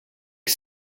que